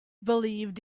believed